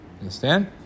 Understand